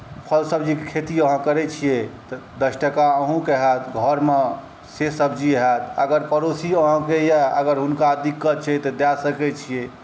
फल सब्जीके खेती अहाँ करैत छियै तऽ दस टाका अहूँके हैत घरमे से सब्जी हैत अगर पड़ोसिओ अहाँके यए अगर हुनका दिक्कत छै तऽ दए सकैत छियै